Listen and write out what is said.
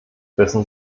wissen